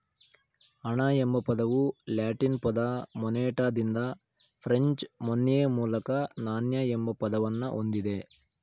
ಹಣ ಎಂಬ ಪದವು ಲ್ಯಾಟಿನ್ ಪದ ಮೊನೆಟಾದಿಂದ ಫ್ರೆಂಚ್ ಮೊನ್ಯೆ ಮೂಲಕ ನಾಣ್ಯ ಎಂಬ ಅರ್ಥವನ್ನ ಹೊಂದಿದೆ